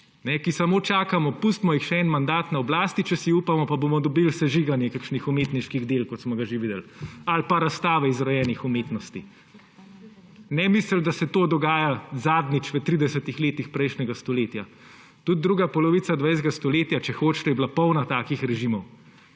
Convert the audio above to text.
Samo čakamo, pustimo jih še en mandat na oblasti, če si upamo, pa bomo dobili sežiganje kakšnih umetniških del, kot smo ga že videli, ali pa razstave izrojenih umetnosti. Ne misliti, da se je to dogajalo zadnjič v 30. letih prejšnjega stoletja, tudi druga polovica 20. stoletja, če hočete, je bila polna takih režimov.